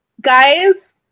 Guys